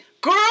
Girl